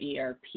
ERP